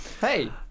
Hey